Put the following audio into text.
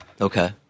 Okay